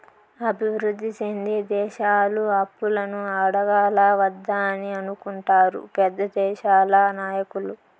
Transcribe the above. అభివృద్ధి సెందే దేశాలు అప్పులను అడగాలా వద్దా అని అనుకుంటారు పెద్ద దేశాల నాయకులు